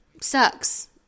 sucks